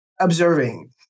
observing